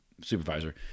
supervisor